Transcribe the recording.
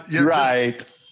Right